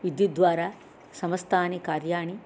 विद्युद्वारा समस्तानि कार्याणि